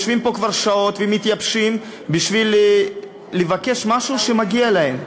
יושבים פה כבר שעות ומתייבשים בשביל לבקש משהו שמגיע להם.